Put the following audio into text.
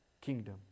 kingdom